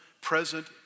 present